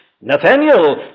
Nathaniel